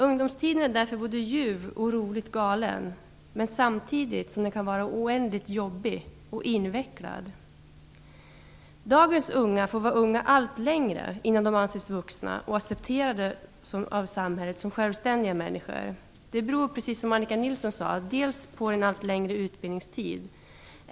Ungdomstiden är därför både ljuv och roligt galen men kan samtidigt vara oändligt jobbig och invecklad. Dagens unga får vara unga allt längre innan de anses vuxna och accepterade av samhället som självständiga människor. Det beror, som Annika Nilsson sade, delvis på en allt längre utbildningstid.